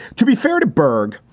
to be fair to berg,